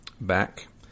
back